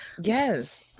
Yes